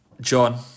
John